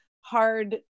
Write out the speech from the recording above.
hard